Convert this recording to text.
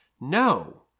no